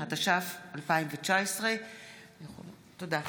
התש"ף 2019. תודה.